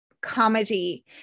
comedy